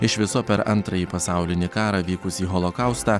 iš viso per antrąjį pasaulinį karą vykusį holokaustą